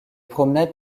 promenades